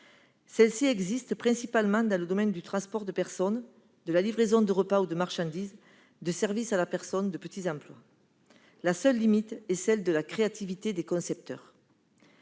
ce genre existent principalement dans les domaines du transport de personnes, de la livraison de repas ou de marchandises, des services à la personne et de petits emplois : la seule limite est la créativité des concepteurs